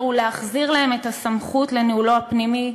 ולהחזיר להם את הסמכות לניהולו הפנימי,